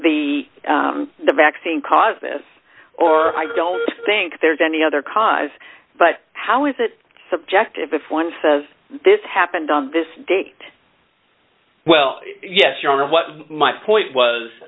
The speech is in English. think the vaccine caused this or i don't think there's any other cause but how is it subjective if one says this happened on this date well yes your honor what my point was